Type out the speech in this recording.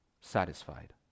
satisfied